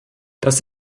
das